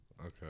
Okay